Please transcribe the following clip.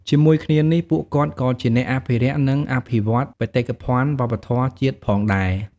ជាមួយគ្នានេះ ពួកគាត់ក៏ជាអ្នកអភិរក្ស និងអភិវឌ្ឍបេតិកភណ្ឌវប្បធម៌ជាតិផងដែរ។